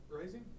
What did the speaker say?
Rising